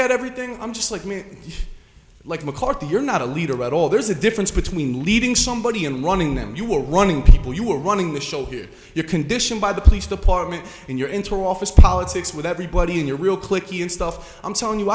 at everything i'm just like me like mccarthy you're not a leader at all there's a difference between leading somebody and running them you were running people you were running the show here your condition by the police department and you're into office politics with everybody in your real cliquey and stuff i'm